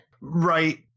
Right